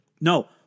No